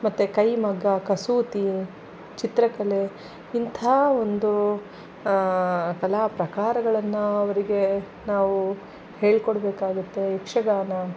ಮತ್ತೆ ಕೈಮಗ್ಗ ಕಸೂತಿ ಚಿತ್ರಕಲೆ ಇಂತಹ ಒಂದು ಕಲಾಪ್ರಕಾರಗಳನ್ನು ಅವರಿಗೆ ನಾವು ಹೇಳ್ಕೊಡ್ಬೇಕಾಗುತ್ತೆ ಯಕ್ಷಗಾನ